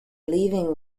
leaving